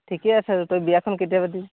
ঠিকে আছে তই বিয়াখন কেতিয়া পাতিবি